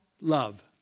love